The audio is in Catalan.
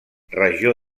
regió